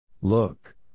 Look